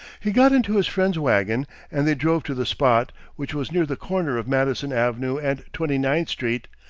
he got into his friend's wagon and they drove to the spot, which was near the corner of madison avenue and twenty-ninth street,